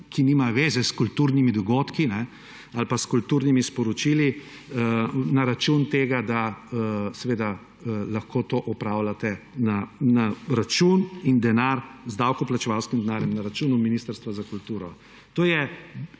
ki nimajo zveze s kulturnimi dogodki ali pa s kulturnimi sporočili na račun tega, da lahko to opravljate na račun in denar, z davkoplačevalskim denarjem na računu Ministrstva za kulturo. To je